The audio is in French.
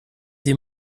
des